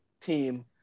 team